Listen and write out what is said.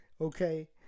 okay